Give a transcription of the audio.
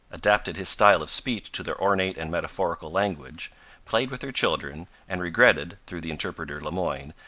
adapted his style of speech to their ornate and metaphorical language, played with their children, and regretted, through the interpreter le moyne,